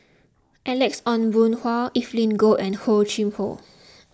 Alex Ong Boon Hau Evelyn Goh and Hor Chim or